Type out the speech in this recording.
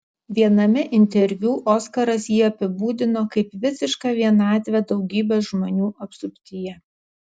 viename interviu oskaras jį apibūdino kaip visišką vienatvę daugybės žmonių apsuptyje